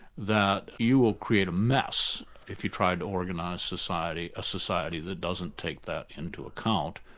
that you will create a mess if you try to organise society, a society that doesn't take that into account,